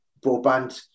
broadband